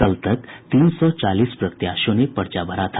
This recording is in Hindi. कल तक तीन सौ चालीस प्रत्याशियों ने पर्चा भरा था